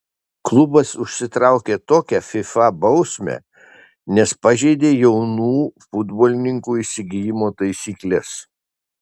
klubas užsitraukė tokią fifa bausmę nes pažeidė jaunų futbolininkų įsigijimo taisykles